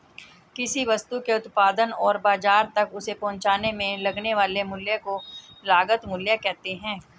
किसी वस्तु के उत्पादन और बाजार तक उसे पहुंचाने में लगने वाले मूल्य को लागत मूल्य कहते हैं